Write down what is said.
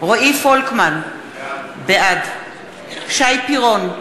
רועי פולקמן, בעד שי פירון,